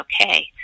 okay